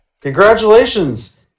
Congratulations